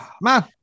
Man